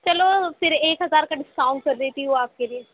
چلو پھر ایک ہزار کا ڈسکاؤنٹ کر دیتی ہوں آپ کے لیے